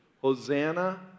Hosanna